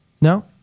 No